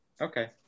Okay